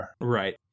Right